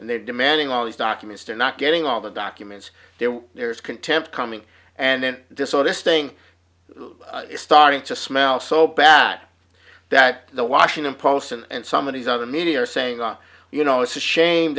and they're demanding all these documents they're not getting all the documents there is contempt coming and then this all this thing is starting to smell so bad that the washington post and some of these other media are saying oh you know it's a shame